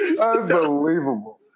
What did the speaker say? unbelievable